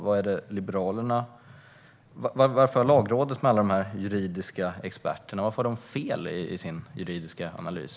Varför har Lagrådet med alla sina juridiska experter fel i sin juridiska analys?